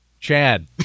Chad